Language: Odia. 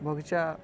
ବଗିଚା